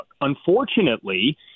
Unfortunately